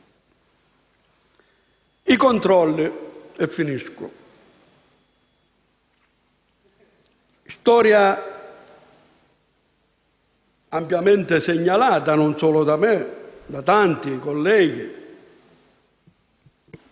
controlli, una storia ampiamente segnalata non solo da me, ma da tanti colleghi.